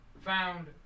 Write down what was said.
found